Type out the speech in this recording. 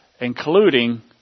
including